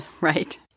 Right